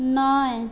নয়